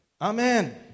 Amen